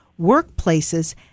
workplaces